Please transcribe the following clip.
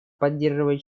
поддерживает